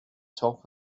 top